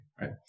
right